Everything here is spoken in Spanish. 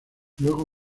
luego